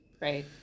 Right